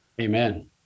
Amen